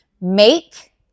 Make